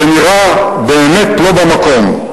זה נראה באמת לא במקום.